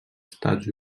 estats